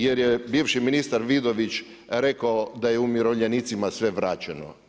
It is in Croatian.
Jer je bivši ministar Vidović rekao da je umirovljenicima sve vraćeno.